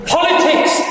Politics